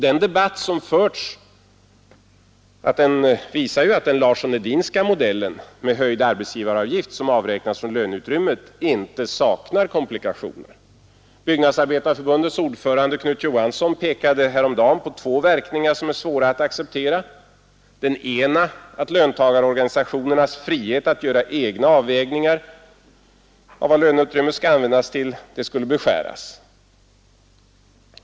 Den debatt som förts visar att den Larsson-Edinska modellen med höjd arbetsgivaravgift som avräknas från löneutrymmet inte saknar komplikationer. Byggnadsarbetareförbundets ordförande Knut Johansson pekade häromdagen på två verkningar som är svåra att acceptera: Den ena är att löntagarorganisationernas frihet att göra egna avvägningar av vad löneutrymmet skall användas till skulle beskäras.